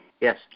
Yes